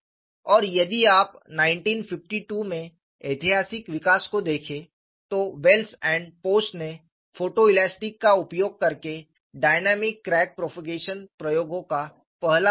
और यदि आप 1952 में ऐतिहासिक विकास को देखें तो वेल्स एंड पोस्ट ने फोटोइलास्टिक का उपयोग करके डायनामिक क्रैक प्रोपोगेशन प्रयोगों का पहला सेट किया